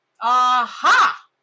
aha